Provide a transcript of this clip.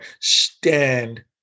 stand